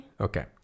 okay